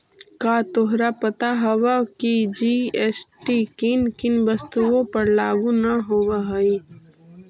का तोहरा पता हवअ की जी.एस.टी किन किन वस्तुओं पर लागू न होवअ हई